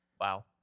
Wow